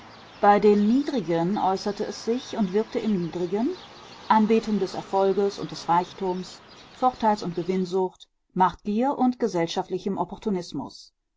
bei den niedrigen äußerte es sich und wirkte im niedrigen anbetung des erfolgs und des reichtums vorteils und gewinnsucht machtgier und gesellschaftlichem opportunismus